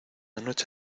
noche